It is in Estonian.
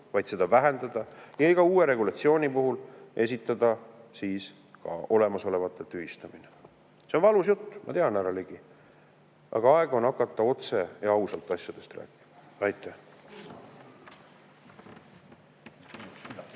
vaid seda vähendada, ja iga uue regulatsiooni puhul esitada siis ka olemasolevate tühistamine. See on valus jutt, ma tean, härra Ligi. Aga aeg on hakata otse ja ausalt asjadest rääkima.